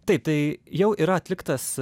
taip tai jau yra atliktas